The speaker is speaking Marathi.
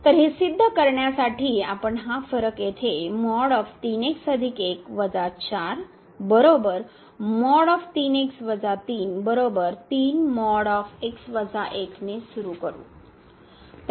तर हे सिद्ध करण्यासाठी आपण हा फरक येथे ने सुरू करू